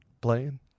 playing